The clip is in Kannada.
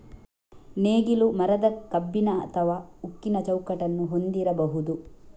ನೇಗಿಲು ಮರದ, ಕಬ್ಬಿಣ ಅಥವಾ ಉಕ್ಕಿನ ಚೌಕಟ್ಟನ್ನು ಹೊಂದಿರಬಹುದು